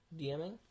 dming